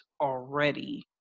already